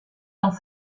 dans